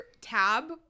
tab